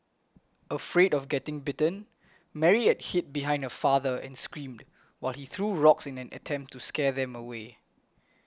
afraid of getting bitten Mary hid behind her father and screamed while he threw rocks in an attempt to scare them away